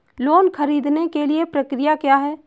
Loan ख़रीदने के लिए प्रक्रिया क्या है?